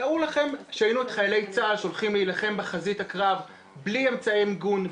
תארו לכם שהיינו שולחים את חיילי צה"ל להילחם בחזית בלי אמצעי מיגון,